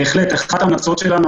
בהחלט אחת ההמלצות שלנו,